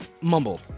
Mumble